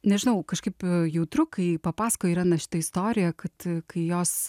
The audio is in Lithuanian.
nežinau kažkaip jautru kai papasakojo irena šitą istoriją kad kai jos